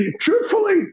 truthfully